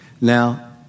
Now